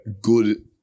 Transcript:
good